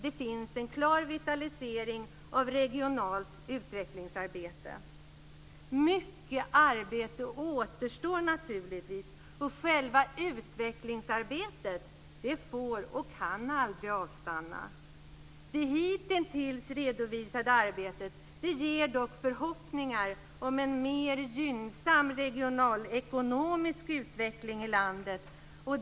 Det är en klar vitalisering av regionalt utvecklingsarbete. Det återstår naturligtvis mycket arbete. Själva utvecklingsarbetet får och kan aldrig avstanna. Det hitintills redovisade arbetet ger dock förhoppningar om en mer gynnsam regionalekonomisk utveckling i landet.